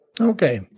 Okay